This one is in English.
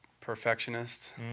perfectionist